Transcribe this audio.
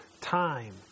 time